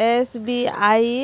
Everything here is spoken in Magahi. एस.बी.आई